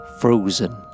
frozen